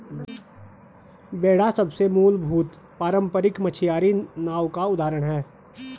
बेड़ा सबसे मूलभूत पारम्परिक मछियारी नाव का उदाहरण है